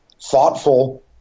thoughtful